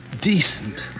Decent